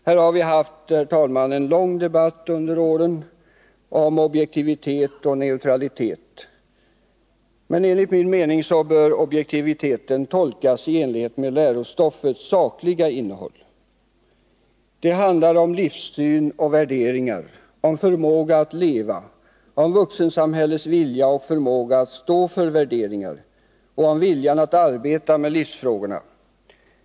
Här har vi, herr talman, under åren haft en lång debatt om objektivitet och neutralitet. Men enligt min mening bör objektiviteten tolkas i enlighet med lärostoffets sakliga innehåll. Det handlar om livssyn och värderingar, om förmåga att leva, om vuxensamhällets vilja och förmåga att stå för värderingen och en vilja att arbeta med livsfrågorna.